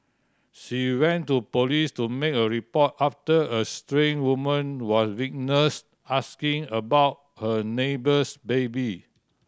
she went to police to make a report after a strange woman was witnessed asking about her neighbour's baby